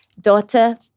Daughter